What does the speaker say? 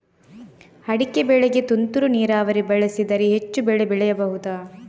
ಅಡಿಕೆ ಬೆಳೆಗೆ ತುಂತುರು ನೀರಾವರಿ ಬಳಸಿದರೆ ಹೆಚ್ಚು ಬೆಳೆ ಬೆಳೆಯಬಹುದಾ?